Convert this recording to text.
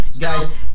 Guys